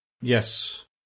Yes